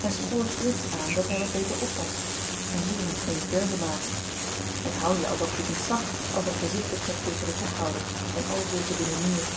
en spoor frits aan dat hy wat beter oppast en leer hem geen verzen maken en houd je alsof je het niet zag als hy gezichten trekt tegen den boekhouder en al zulke dingen meer